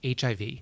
HIV